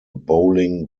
bowling